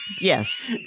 Yes